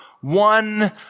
one